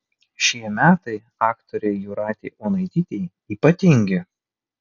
šie metai aktorei jūratei onaitytei ypatingi